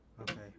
Okay